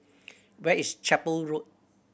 where is Chapel Road